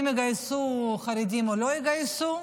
אם יגייסו חרדים או לא יגייסו,